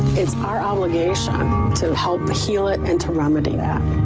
it's our obligation to help heal it and to remedy that.